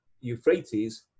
euphrates